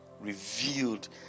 revealed